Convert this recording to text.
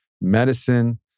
medicine